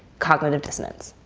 cognitive dissonance.